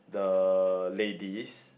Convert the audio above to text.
the ladies